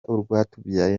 urwatubyaye